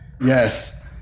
Yes